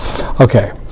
Okay